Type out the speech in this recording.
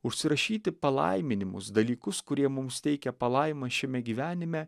užsirašyti palaiminimus dalykus kurie mums teikia palaimą šiame gyvenime